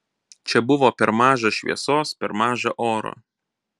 čia buvo per maža šviesos per maža oro